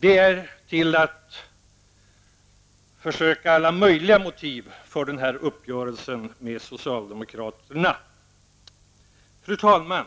Det innebär att man försöker ange alla möjliga motiv för uppgörelsen med socialdemokraterna. Fru talman!